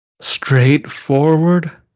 Straightforward